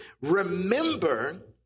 Remember